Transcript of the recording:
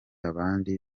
abandi